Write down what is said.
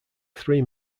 three